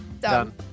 Done